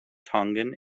tongan